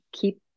keep